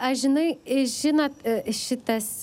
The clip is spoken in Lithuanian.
aš žinai žinot šitas